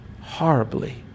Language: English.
horribly